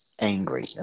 angry